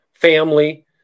Family